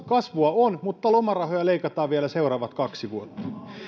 kasvua on mutta lomarahoja leikataan vielä seuraavat kaksi vuotta